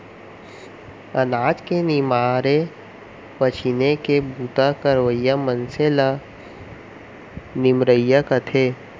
अनाज के निमारे पछीने के बूता करवइया मनसे ल निमरइया कथें